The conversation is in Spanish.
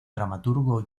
dramaturgo